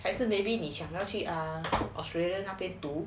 还是 maybe 你想到去 err australia 那边读